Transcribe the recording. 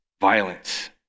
Violence